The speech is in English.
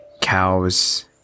cows